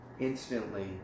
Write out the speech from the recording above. instantly